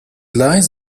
lies